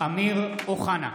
אמיר אוחנה,